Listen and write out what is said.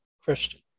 Christian